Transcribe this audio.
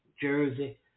Jersey